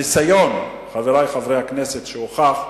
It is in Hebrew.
הניסיון, חברי חברי הכנסת, שהוכח,